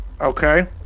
Okay